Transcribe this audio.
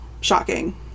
shocking